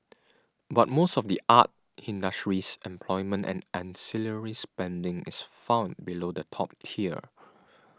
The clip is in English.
but most of the art industry's employment and ancillary spending is found below the top tier